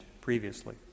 previously